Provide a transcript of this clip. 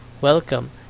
Welcome